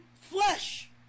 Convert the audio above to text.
flesh